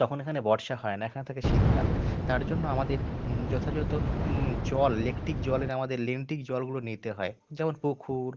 তখন এখানে বর্ষা হয় না এখানে থাকে শীতকাল তার জন্য আমাদের যথাযথ জল জলের আমাদের লেন্টিক জলগুলো নিতে হয় যেমন পুকুর